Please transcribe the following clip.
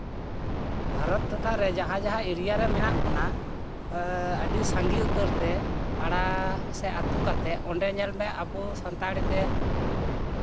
ᱵᱷᱟᱨᱚᱛ ᱴᱚᱴᱷᱟ ᱨᱮ ᱡᱟᱦᱟᱸᱼᱡᱟᱦᱟᱸ ᱮᱨᱤᱭᱟ ᱨᱮ ᱢᱮᱱᱟᱜ ᱵᱚᱱᱟ ᱮᱸᱻ ᱟᱹᱰᱤ ᱥᱟᱸᱜᱮ ᱩᱛᱟᱹᱨ ᱛᱮ ᱯᱟᱲᱟ ᱥᱮ ᱟᱹᱛᱩ ᱠᱟᱛᱮ ᱚᱸᱰᱮ ᱧᱮᱞ ᱢᱮ ᱟᱵᱚ ᱥᱟᱱᱛᱟᱲᱤ ᱛᱮ